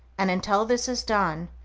and until this is done,